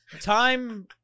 Time